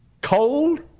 cold